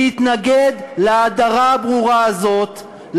להתנגד להדרה הברורה הזאת,